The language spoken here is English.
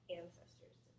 ancestors